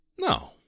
no